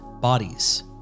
bodies